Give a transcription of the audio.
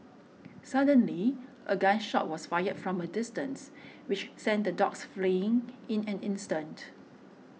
suddenly a gun shot was fired from a distance which sent the dogs fleeing in an instant